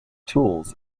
tools